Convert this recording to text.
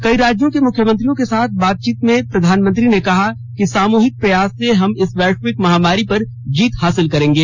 कई राज्यों के मुख्यमंत्रियों के साथ बातचीत में प्रधानमंत्री ने कहा कि सामूहिक प्रयास से हम इस वैश्विक महामारी पर जीत हासिल करेंगे